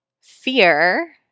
fear